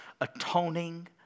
atoning